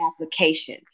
application